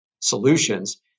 solutions